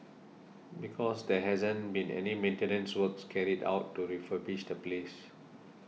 because there hasn't been any maintenance works carried out to refurbish the place